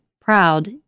proud